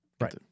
right